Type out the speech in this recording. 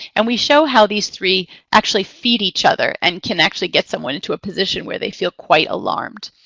and we show how these three actually feed each other and can actually get someone into a position where they feel quite alarmed.